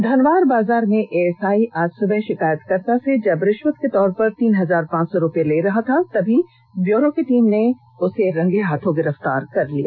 धनवार बाजार में एएसआई आज सुबह षिकायतकर्त्ता से जब रिश्वत के तौर पर तीन हजार पांच सौ रुपये ले रहा था तभी ब्यूरो टीम ने उन्हें रंगेहाथ गिरफ्तार कर लिया